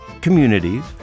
communities